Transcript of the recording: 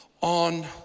on